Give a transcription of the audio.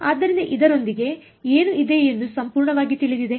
ಆದ್ದರಿಂದ ಇದರೊಂದಿಗೆ ಏನು ಇದೆ ಎಂದು ಇದು ಸಂಪೂರ್ಣವಾಗಿ ತಿಳಿದಿದೆ